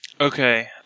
Okay